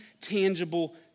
tangible